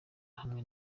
hamwe